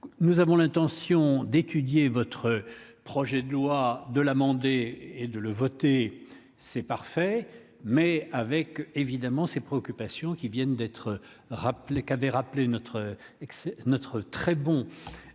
nous avons l'intention d'étudier votre projet de loi de l'amender et de le voter, c'est parfait, mais avec évidemment ces préoccupations qui viennent d'être rappelé qu'avait rappelé notre et que